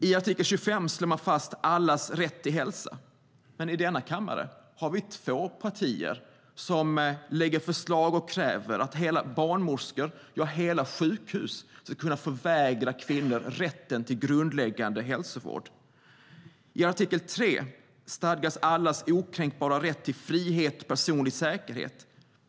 I artikel 25 slår man fast allas rätt till hälsa. Men i denna kammare har vi två partier som lägger fram förslag och kräver att barnmorskor, ja, hela sjukhus, ska kunna förvägra kvinnor rätten till grundläggande hälsovård. I artikel 3 stadgas allas okränkbara rätt till frihet och personlig säkerhet.